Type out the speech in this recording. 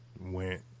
went